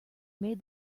made